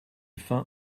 faim